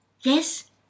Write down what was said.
yes